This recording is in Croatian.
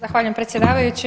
Zahvaljujem predsjedavajući.